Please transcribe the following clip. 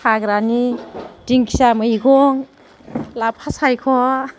हाग्रानि दिंखिया मैगं लाफा सायख'